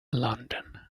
london